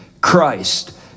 Christ